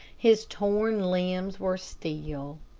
his torn limbs were still.